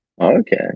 Okay